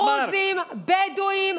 דרוזים, בדואים.